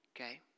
okay